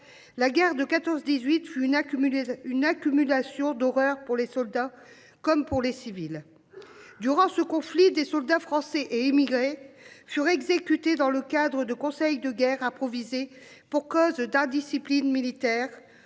La guerre de 14 18 fut une accumulé une accumulation d'horreur pour les soldats, comme pour les civils. Durant ce conflit des soldats français et immigrés furent exécutés dans le cadre de conseil de guerre improvisé pour cause d'indiscipline militaire